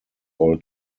all